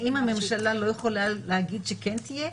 האם הממשלה לא יכולה לומר שכן תהיה?